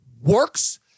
works